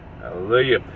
hallelujah